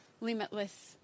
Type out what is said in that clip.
limitless